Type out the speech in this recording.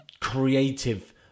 creative